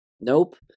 Nope